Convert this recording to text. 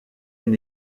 une